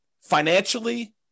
financially